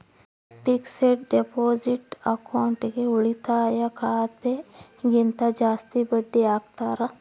fixed deposit ಅಕೌಂಟ್ಗೆ ಉಳಿತಾಯ ಖಾತೆ ಗಿಂತ ಜಾಸ್ತಿ ಬಡ್ಡಿ ಹಾಕ್ತಾರ